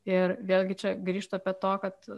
ir vėlgi čia grįžtu apie to kad